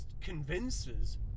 convinces